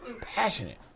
Passionate